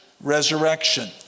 resurrection